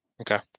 Okay